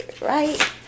right